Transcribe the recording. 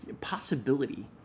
possibility